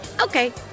Okay